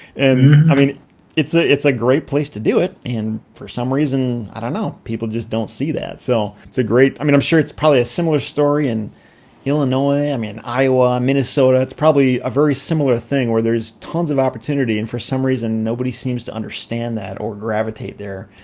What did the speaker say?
i mean it's a it's a great place to do it and for some reason i don't know, people just don't see that. so it's a great, i mean i'm sure it's probably a similar story in illinois. i mean iowa, minnesota, it's probably a very similar thing where there is tons of opportunity and for some reason nobody seems to understand that or gravitate there,